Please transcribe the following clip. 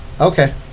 Okay